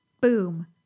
boom